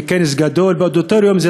וכנס גדול באודיטוריום,